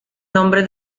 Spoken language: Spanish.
nombre